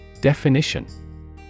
Definition